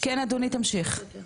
כן אדוני תמשיך.